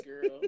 Girl